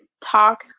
talk